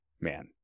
man